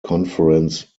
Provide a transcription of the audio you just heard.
conference